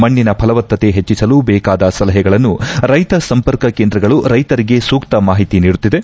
ಮಣ್ಣಿನ ಫಲವತ್ತತೆ ಹೆಚ್ಚಿಸಲು ಬೇಕಾದ ಸಲಹೆಗಳನ್ನು ರೈತ ಸಂಪರ್ಕ ಕೇಂದ್ರಗಳು ರೈತರಿಗೆ ಸೂಕ್ತ ಮಾಹಿತಿ ನೀಡುತ್ತಿದೆ